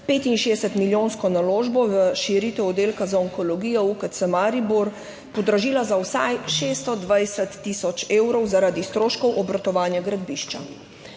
65-milijonsko naložbo v širitev Oddelka za onkologijo UKC Maribor podražila za vsaj 620 tisoč evrov zaradi stroškov obratovanja gradbišča.